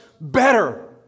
better